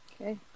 Okay